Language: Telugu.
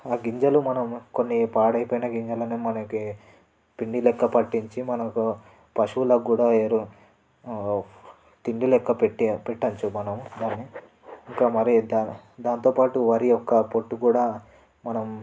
ఆ గింజలు మనం కొన్ని పాడైపోయిన గింజలని మనకి పిండి లెక్క పట్టించి మనకు పశువులు కూడా ఎరువు తిండి లెక్కపెట్టి పెట్టచ్చు మనం దాన్ని ఇంకా మరి దా దాంతోపాటు వరి యొక్క పొట్టు కూడా మనం